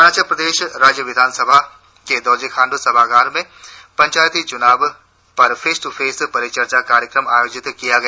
अरुणाचल प्रदेश राज्य विधानसभा के दोरजी खांडू सभागार में पंचायत चुनाव पर फेस टू फेस परिचर्चा कार्यक्रम आयोजित किया गया